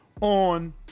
on